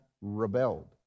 rebelled